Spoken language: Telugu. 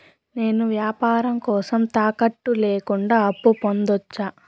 నేను వ్యాపారం కోసం తాకట్టు లేకుండా అప్పు పొందొచ్చా?